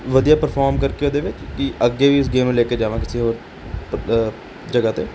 ਵਧੀਆ ਪਰਫੋਰਮ ਕਰ ਕੇ ਇਹਦੇ ਵਿੱਚ ਕੀ ਅੱਗੇ ਵੀ ਇਸ ਗੇਮ ਨੂੰ ਲੈ ਕੇ ਜਾਵਾਂ ਕਿਸੇ ਹੋਰ ਜਗ੍ਹਾ 'ਤੇ